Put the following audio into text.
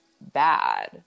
bad